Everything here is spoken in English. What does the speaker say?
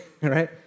right